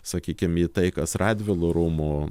sakykim į tai kas radvilų rūmų